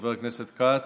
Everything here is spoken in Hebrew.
חבר הכנסת כץ.